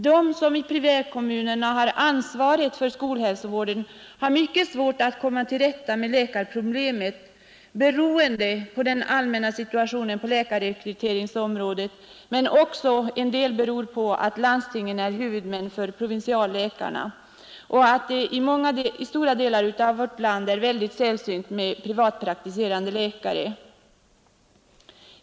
De som i primärkommunerna har ansvaret för skolhälsovården har mycket svårt att komma till rätta med läkarproblemet, beroende på den allmänna situationen på läkarrekryteringsområdet men också till en del beroende på att landstingen är huvudmän för provinsialläkarna och att det i stora delar av vårt land är väldigt sällsynt med privatpraktiserande läkare.